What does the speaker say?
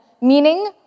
meaning